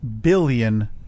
billion